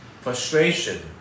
frustration